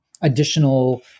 additional